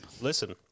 Listen